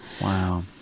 Wow